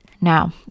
Now